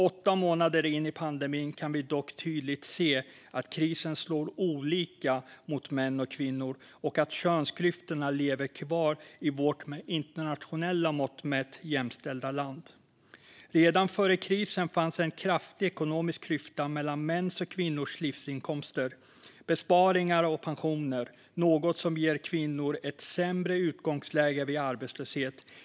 Åtta månader in i pandemin kan vi dock tydligt se att krisen slår olika mot män och kvinnor och att könsklyftorna lever kvar i vårt med internationella mått mätt jämställda land. Redan före krisen fanns en kraftig ekonomisk klyfta mellan mäns och kvinnors livsinkomster, besparingar och pensioner, något som ger kvinnor ett sämre utgångsläge vid arbetslöshet.